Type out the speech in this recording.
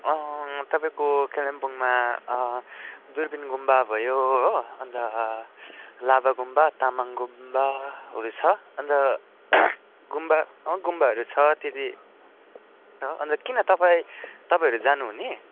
तपाईँको कालिम्पोङमा दुर्पिन गुम्बा भयो हो अन्त लाभा गुम्बा तामाङ गुम्बाहरू छ अन्त गुम्बा अँ गुम्बाहरू छ त्यति छ अन्त किन तपाईँ तपाईँहरू जानुहुने